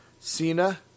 Cena